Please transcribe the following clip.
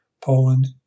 Poland